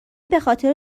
بخاطر